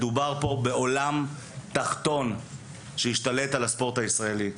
מדובר פה בעולם תחתון שהשתלט על הספורט הישראלי.